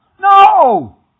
No